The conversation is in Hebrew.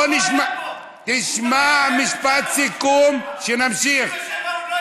בוא נשמע משפט סיכום, שנמשיך.